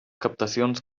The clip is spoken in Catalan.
captacions